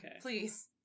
Please